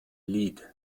lied